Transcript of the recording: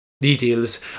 Details